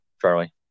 Charlie